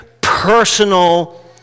personal